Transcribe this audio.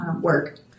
work